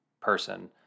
person